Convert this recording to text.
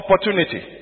Opportunity